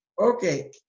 Okay